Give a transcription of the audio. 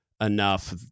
enough